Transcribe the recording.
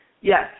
Yes